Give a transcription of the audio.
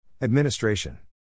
Administration